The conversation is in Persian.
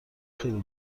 خیلی